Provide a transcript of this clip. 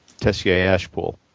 Tessier-Ashpool